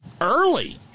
Early